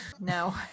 No